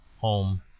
home